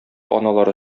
аналары